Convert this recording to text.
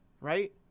right